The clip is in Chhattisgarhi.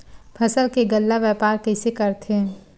फसल के गल्ला व्यापार कइसे करथे?